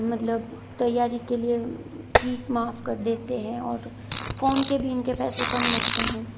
मतलब तैयारी के लिए फ़ीस माफ़ कर देते हैं और फ़ोर्म के भी इनके पैसे कम लगते हैं